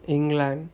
England